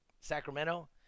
sacramento